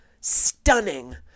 Stunning